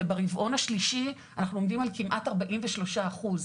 וברבעון השלישי אנחנו עומדים על כמעט ארבעים ושלושה אחוז.